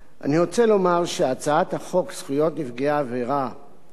אני רוצה לומר שהצעת חוק זכויות נפגעי עבירה (תיקון,